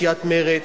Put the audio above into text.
סיעת מרצ,